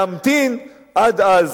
להמתין עד אז?